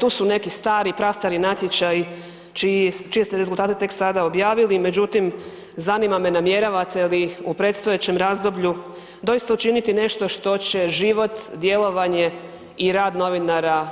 Tu su neki stari prastari natječaji čije ste rezultate tek sada objavili, međutim zanima me namjeravate li u predstojećem razdoblju doista učiniti nešto što će život, djelovanje i rad novinara